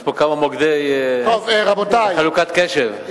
יש כאן כמה מוקדי חלוקת קשב.